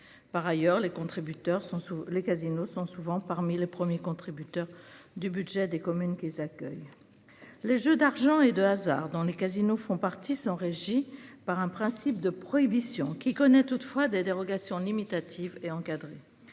sont sous les casinos sont souvent parmi les premiers contributeurs du budget des communes qui accueillent. Les jeux d'argent et de hasard dans les casinos font partie sont régies par un principe de prohibition qui connaît toutefois des dérogations limitative et encadré.